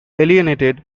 alienated